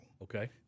Okay